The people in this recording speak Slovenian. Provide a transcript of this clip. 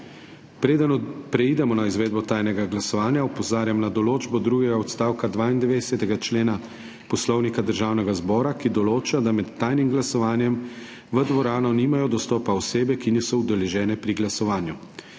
Preden preidemo na izvedbo tajnega glasovanja, opozarjam na določbo drugega odstavka 92. člena Poslovnika Državnega zbora, ki določa, da med tajnim glasovanjem v dvorano nimajo dostopa osebe, ki niso udeležene pri glasovanju,